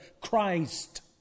Christ